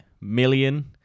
million